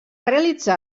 realitzar